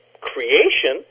creation